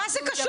מה זה קשור?